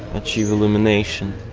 achieve illumination.